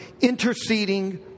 interceding